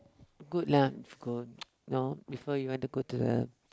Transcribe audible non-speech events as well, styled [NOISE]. good lah of course [NOISE] know before you want to go to the